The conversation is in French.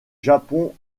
japon